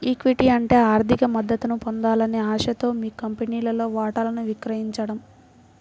equity అంటే ఆర్థిక మద్దతును పొందాలనే ఆశతో మీ కంపెనీలో వాటాను విక్రయించడం